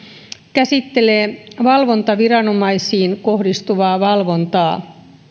käsittelee valvontaviranomaisiin kohdistuvaa valvontaa